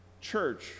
church